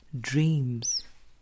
Dreams